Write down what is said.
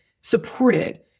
supported